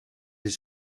his